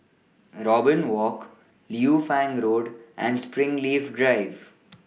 Robin Walk Liu Fang Road and Springleaf Drive